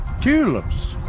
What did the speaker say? tulips